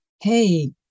hey